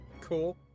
Cool